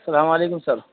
سلام علیکم سر